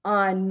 on